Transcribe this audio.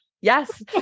Yes